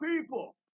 people